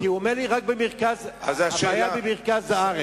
כי הוא אומר לי: הבעיה היא רק במרכז הארץ.